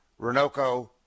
Renoco